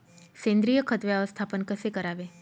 सेंद्रिय खत व्यवस्थापन कसे करावे?